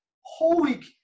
holy